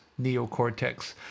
neocortex